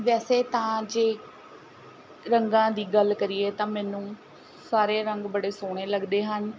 ਵੈਸੇ ਤਾਂ ਜੇ ਰੰਗਾਂ ਦੀ ਗੱਲ ਕਰੀਏ ਤਾਂ ਮੈਨੂੰ ਸਾਰੇ ਰੰਗ ਬੜੇ ਸੋਹਣੇ ਲੱਗਦੇ ਹਨ